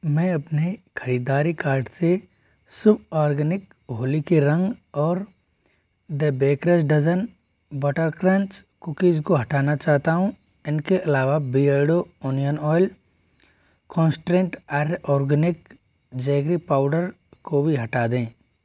मैं अपने ख़रीददारी कार्ट से शुभ ऑर्गेनिक होली के रंग और the baker's dozen butter crunch cookies को हटाना चाहता हूँ इनके अलावा Beardo onion oil concentrate Arya organic jaggery powder को भी हटा दें